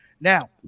Now